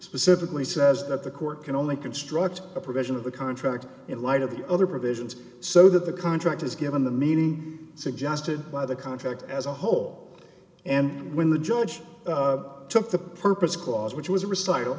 specifically says that the court can only construct a provision of the contract in light of the other provisions so that the contract is given the meaning suggested by the contract as a whole and when the judge took the purpose clause which was a recital